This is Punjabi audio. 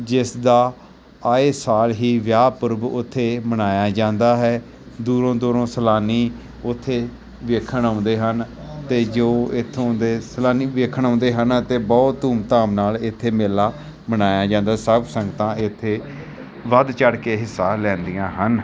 ਜਿਸ ਦਾ ਆਏ ਸਾਲ ਹੀ ਵਿਆਹ ਪੁਰਬ ਉੱਥੇ ਮਨਾਇਆ ਜਾਂਦਾ ਹੈ ਦੂਰੋਂ ਦੂਰੋਂ ਸੈਲਾਨੀ ਉੱਥੇ ਵੇਖਣ ਆਉਂਦੇ ਹਨ ਅਤੇ ਜੋ ਇੱਥੋਂ ਦੇ ਸੈਲਾਨੀ ਵੇਖਣ ਆਉਂਦੇ ਹਨ ਅਤੇ ਬਹੁਤ ਧੂਮ ਧਾਮ ਨਾਲ ਇੱਥੇ ਮੇਲਾ ਮਨਾਇਆ ਜਾਂਦਾ ਸਭ ਸੰਗਤਾਂ ਇੱਥੇ ਵੱਧ ਚੜ੍ਹ ਕੇ ਹਿੱਸਾ ਲੈਂਦੀਆਂ ਹਨ